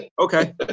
Okay